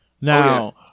Now